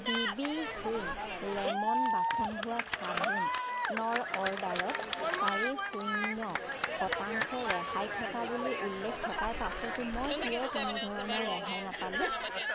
বিবি home lemon বাচন ধোৱা চাবোনৰ অৰ্ডাৰত চাৰি শূন্য শতাংশ ৰেহাই থকা বুলি উল্লেখ থকাৰ পাছতো মই কিয় কোনোধৰণৰ ৰেহাই নাপালো